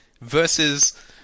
versus